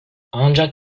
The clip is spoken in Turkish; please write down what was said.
ancak